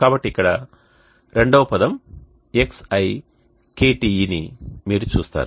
కాబట్టి ఇక్కడ రెండవ పదం xiKTe ని మీరు చూస్తారు